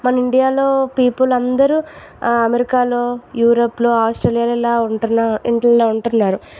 మన ఇండియాలో పీపుల్ అందరు అమెరికాలో యూరోపులో ఆస్ట్రేలియాలల్లో ఉంటున్న వీట్లలో ఉంటున్నారు